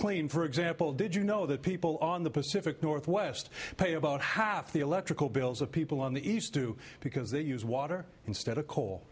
clean for example did you know that people on the pacific northwest pay about half the electrical bills of people on the east too because they use water instead of coal